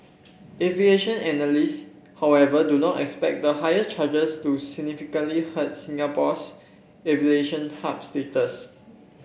aviation analysts however do not expect the higher charges to significantly hurt Singapore's aviation hub status